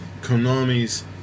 konami's